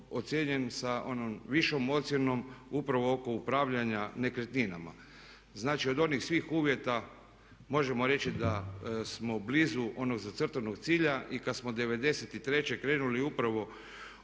sa onom višom ocjenom upravo oko upravljanja nekretninama. Znači od onih svih uvjeta možemo reći da smo blizu onog zacrtanog cilja. I kad smo '93. krenuli upravo